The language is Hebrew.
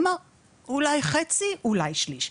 אמר אולי חצי אולי שליש.